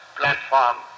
platform